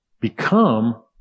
become